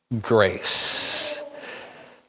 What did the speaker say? grace